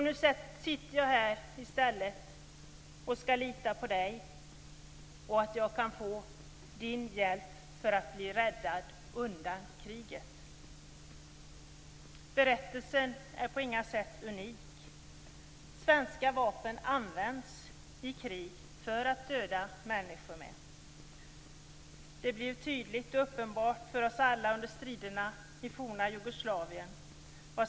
Nu sitter jag i stället här och skall lita på dig och på att jag kan få din hjälp för att bli räddad undan kriget." Berättelsen är på inga sätt unik. Svenska vapen används i krig för att döda människor. Det blev tydligt och uppenbart för oss alla under striderna i forna Jugoslavien.